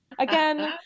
again